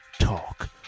Talk